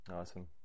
awesome